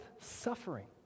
suffering